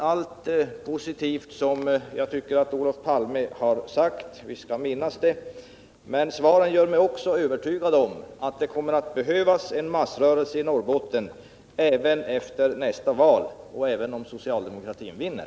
Allt positivt som Olof Palme sade har jag noterat, men svaren gör mig också övertygad om att det kommer att behövas en massrörelse i Norrbotten även efter nästa val och även om socialdemokratin vinner.